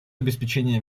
обеспечения